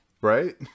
right